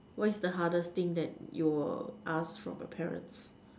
what's the hardest thing that your ask from your parents